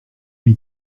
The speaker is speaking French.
lui